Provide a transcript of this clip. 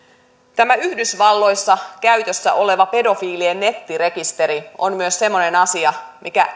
tämä yhdysvalloissa käytössä oleva pedofiilien nettirekisteri on myös semmoinen asia mikä